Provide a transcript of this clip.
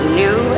new